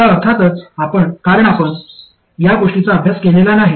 आता अर्थातच कारण आपण या गोष्टींचा अभ्यास केलेला नाही